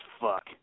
fuck